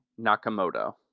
Nakamoto